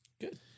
Good